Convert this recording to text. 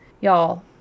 Y'all